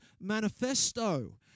manifesto